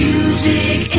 Music